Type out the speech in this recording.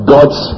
God's